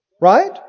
Right